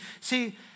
see